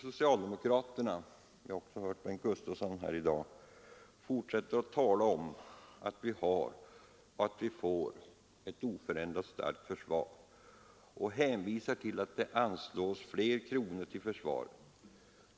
Socialdemokraterna — vi har också hört Bengt Gustavsson här i dag — fortsätter att tala om att vi har och att vi får ett oförändrat starkt försvar och hänvisar till att det anslås fler kronor till försvaret.